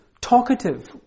talkative